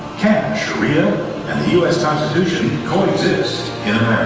catch real and the us constitution coexist